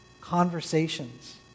conversations